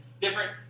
different